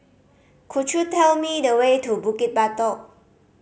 could you tell me the way to Bukit Batok